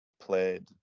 played